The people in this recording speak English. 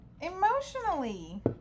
Emotionally